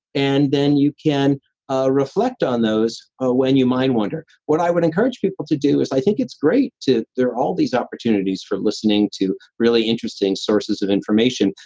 and then you can ah reflect on those, ah when you mind wonder. what i would encourage people to do is, i think it's great to, there're all these opportunities for listening to really interesting sources of information.